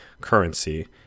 currency